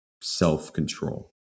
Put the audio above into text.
self-control